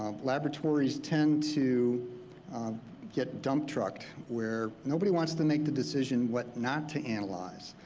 um laboratories tend to get dump trucked, where nobody wants to make the decision what not to analyze.